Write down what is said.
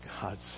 God's